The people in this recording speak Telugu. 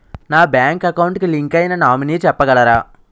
నా బ్యాంక్ అకౌంట్ కి లింక్ అయినా నామినీ చెప్పగలరా?